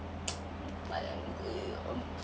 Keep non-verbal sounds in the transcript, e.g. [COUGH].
[NOISE] what happened to you